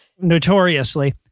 Notoriously